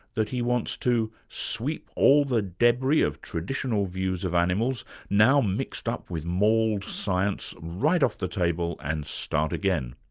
that he wants to sweep all the debris of traditional views of animals, now mixed up with mauled science, right off the table and start again.